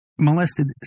molested